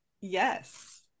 Yes